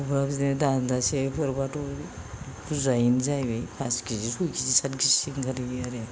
एमफौफ्रा बिदिनो दानजासे बोरैब्लाथ' बुरजायैनो जाहैबाय पास केजि सय केजि सात केजिसो आंखारहैबाय आरो